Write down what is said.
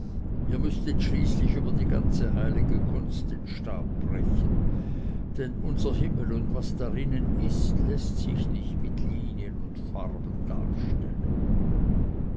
ihr müßtet schließlich über die ganze heilige kunst den stab brechen denn unser himmel und was darinnen ist läßt sich nicht mit linien und farben darstellen